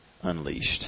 unleashed